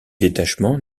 détachement